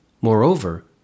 Moreover